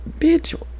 bitch